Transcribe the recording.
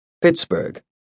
Pittsburgh